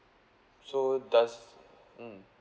so does mm